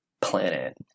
planet